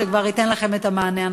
שכבר ייתן לכם את המענה הנכון.